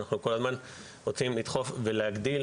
אנחנו כל הזמן רוצים לדחוף ולהגדיל